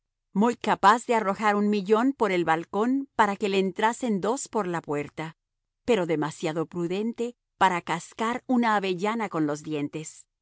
muy capaz de arrojar un millón por el balcón para que le entrasen dos por la puerta pero demasiado prudente para cascar una avellana con los dientes